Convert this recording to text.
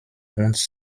uns